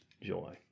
joy